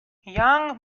ian